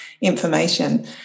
information